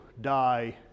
die